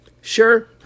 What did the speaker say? Sure